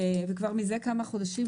וכבר מזה כמה חודשים,